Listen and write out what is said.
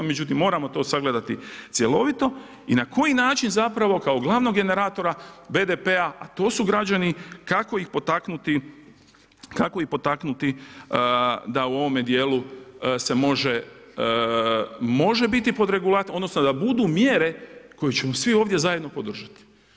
Međutim, moramo to sagledati cjelovito i na koji način zapravo kao glavnog generatora BDP-a, a to su građani, kako ih potaknuti da u ovome dijelu se može biti pod regulatornom, odnosno da budu mjere koje ćemo svi ovdje zajedno podržati.